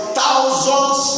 thousands